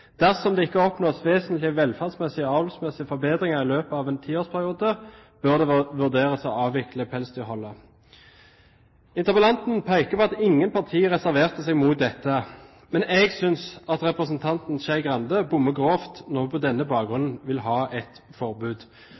det ikke oppnås vesentlige avlsmessige forbedringer i løpet av en tiårsperiode, bør det vurderes å avvikle pelsdyrholdet.» Interpellanten peker på at ingen partier reserverte seg mot dette, men jeg synes at representanten Skei Grande bommer grovt når hun på denne bakgrunnen vil ha et forbud.